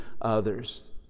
others